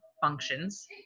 functions